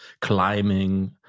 Climbing